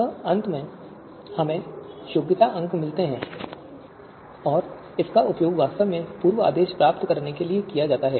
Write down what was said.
और अंत में हमें योग्यता अंक मिलते हैं और इसका उपयोग वास्तव में पूर्व आदेश प्राप्त करने के लिए किया जाता है